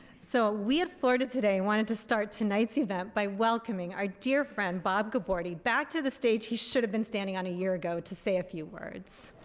so we at florida today wanted to start tonight's event by welcoming our dear friend bob gabordi back to the stage he should have been standing on a year ago to say a few words.